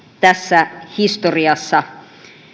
tässä historiassa